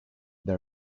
they